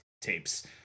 tapes